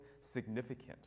significant